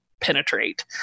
penetrate